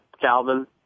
Calvin